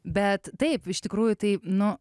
bet taip iš tikrųjų tai nu